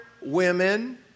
women